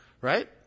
Right